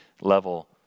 level